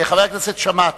חבר הכנסת שאמה,